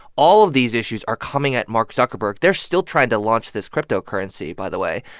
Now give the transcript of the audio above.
all of these issues are coming at mark zuckerberg they're still trying to launch this cryptocurrency, by the way.